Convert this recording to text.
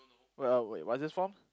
well wait what is this for